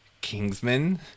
kingsman